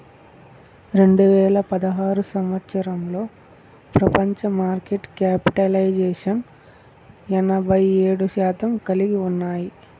రెండు వేల పదహారు సంవచ్చరంలో ప్రపంచ మార్కెట్లో క్యాపిటలైజేషన్ ఎనభై ఏడు శాతం కలిగి ఉన్నాయి